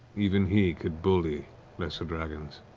even he, could bully lesser dragons.